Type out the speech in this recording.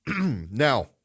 Now